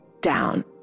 down